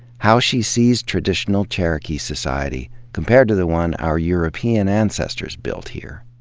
how she sees traditional cherokee society compared to the one our european ancestors built here.